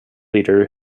leader